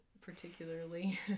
particularly